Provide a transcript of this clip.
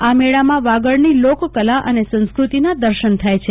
આ મેળામાં વાગડની લોકકલા અને સર્રકતિના દશન થાય છે